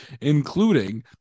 including